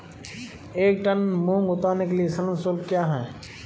एक टन मूंग उतारने के लिए श्रम शुल्क क्या है?